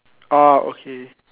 orh okay